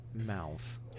mouth